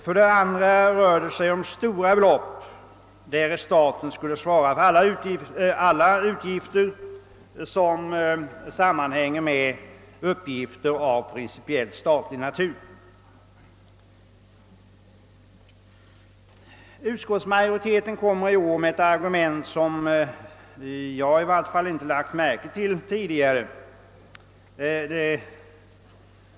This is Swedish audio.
För det andra skulle det röra sig om stora belopp, om staten skulle svara för alla utgifter som sam manhänger med uppgifter av principiellt statlig natur. Utskottsmajoriteten framför i år ett argument som i varje fall jag inte lagt märke till tidigare.